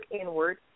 inward